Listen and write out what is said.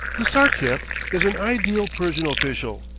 the sartiep is an ideal persian official,